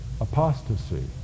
apostasy